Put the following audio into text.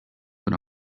but